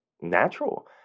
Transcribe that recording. natural